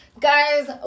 Guys